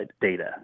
data